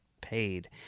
paid